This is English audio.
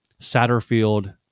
Satterfield